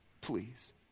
please